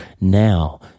Now